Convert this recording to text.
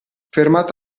fermata